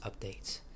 updates